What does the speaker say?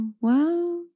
Wow